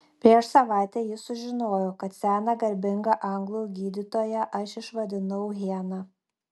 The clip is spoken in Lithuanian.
prieš savaitę jis sužinojo kad seną garbingą anglų gydytoją aš išvadinau hiena